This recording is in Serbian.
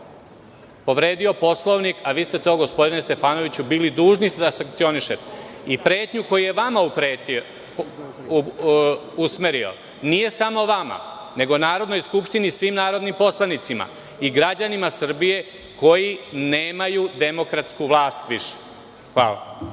povredio Poslovnik, a vi ste to, gospodine Stefanoviću, bili dužni da sankcionišete i pretnju koju je vama usmerio, nije samo vama, nego Narodnoj skupštini i svim narodnim poslanicima i građanima Srbije koji nemaju demokratsku vlast više. Hvala.